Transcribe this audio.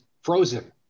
frozen